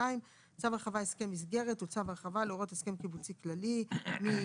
"צו הרחבה הסכם מסגרת" צו הרחבה להוראות הסכם קיבוצי כללי מיום